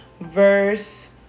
verse